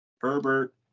Herbert